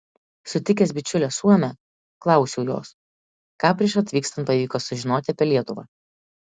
sutikęs bičiulę suomę klausiau jos ką prieš atvykstant pavyko sužinoti apie lietuvą